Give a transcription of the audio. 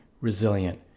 resilient